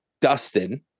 Dustin